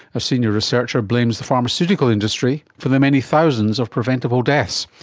a senior researcher blames the pharmaceutical industry for the many thousands of preventable deaths.